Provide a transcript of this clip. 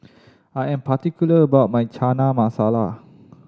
I am particular about my Chana Masala